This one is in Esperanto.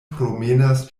promenas